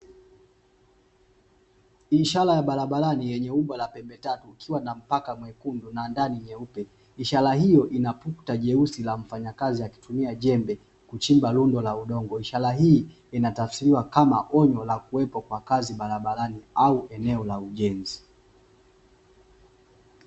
Ishara ya barabarani yenye umbo la pembe tatuna mpaka mwekundu na ndani nyeupe, ishara hio ina picha nyeusi ya mfanyakazi anayetumia jembe kuchimba rundo la udogo, ishara hii inatafsiriwa kama onyo ya kuwepo kazi barabarani au eneo la ujenzi.